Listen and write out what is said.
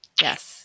Yes